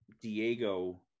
Diego